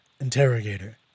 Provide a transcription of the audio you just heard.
Interrogator